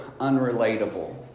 unrelatable